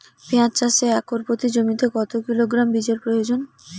পেঁয়াজ চাষে একর প্রতি জমিতে কত কিলোগ্রাম বীজের প্রয়োজন?